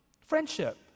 Friendship